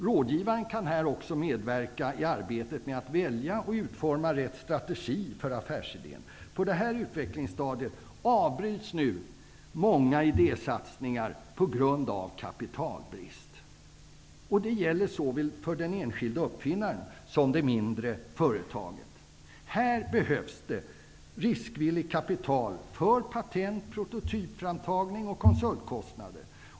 Rådgivaren kan här medverka i arbetet att välja och utforma rätt strategi för affärsidén. På det här utvecklingsstadiet avbryts emellertid många idésatsningar på grund av kapitalbrist. Det gäller såväl för den enskilde uppfinnaren som för det mindre företaget. Här behövs riskvilligt kapital för patent , prototypframtagnings och konsultkostnader.